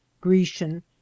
grecian